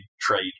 trade